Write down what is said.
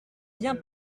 viens